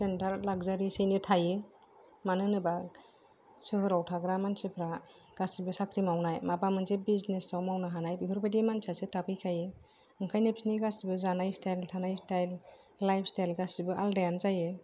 standard लाकजारियैनो थायो मानो होनोबा सहराव थाग्रा मानसिफ्रा गासैबो साख्रि मावनाय माबा मोनसे बिजनेसाव मावनो हानाय बेफोरबायदि मानसि आसो थाफैखायो ओंखायनो बिसोरनि गासिबो जानाय स्ताइल थानाय स्ताइल लाइफ स्ताइल गासिबो आलादा आनो जायो